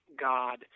God